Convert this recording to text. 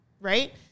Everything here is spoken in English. Right